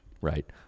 right